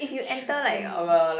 shooting